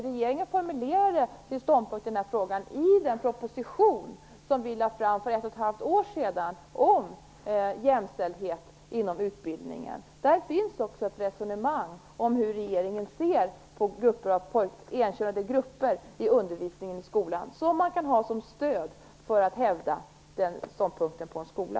Regeringen har i den proposition som lades fram för ett och ett halvt år sedan formulerat sin ståndpunkt om jämställdhet inom utbildningen. Där finns också ett resonemang om hur regeringen ser på detta med enkönade grupper i undervisningen i skolan. Detta kan man ha som stöd för att hävda en sådan ståndpunkt i en skola.